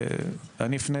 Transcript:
אפנה